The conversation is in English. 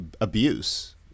abuse